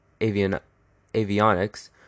avionics